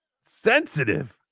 sensitive